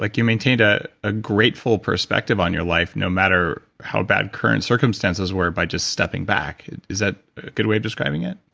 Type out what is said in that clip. like you maintained ah a grateful perspective on your life no matter how bad current circumstances were, by just stepping back. is that a good way of describing it?